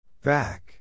Back